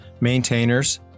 maintainers